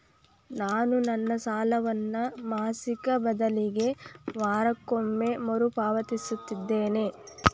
ನಾನು ನನ್ನ ಸಾಲವನ್ನು ಮಾಸಿಕ ಬದಲಿಗೆ ವಾರಕ್ಕೊಮ್ಮೆ ಮರುಪಾವತಿಸುತ್ತಿದ್ದೇನೆ